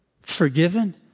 forgiven